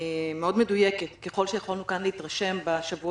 אדוני היושב-ראש ראינו שהסברה לא הייתה, בלשון